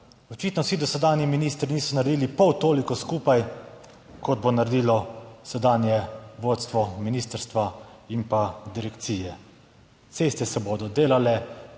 očitno vsi dosedanji ministri niso naredili pol toliko skupaj, kot bo naredilo sedanje vodstvo ministrstva in pa direkcije. Ceste se bodo delale,